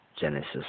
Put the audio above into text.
Genesis